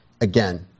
Again